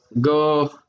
go